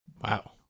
Wow